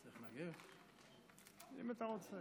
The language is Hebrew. אדוני היושב-ראש,